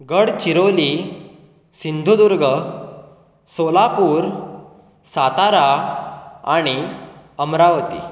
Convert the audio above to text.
गड चिरोली सिंधुदुर्ग सोलापूर सातारा आनी अमरावती